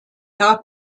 jahr